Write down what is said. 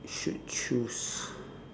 should choose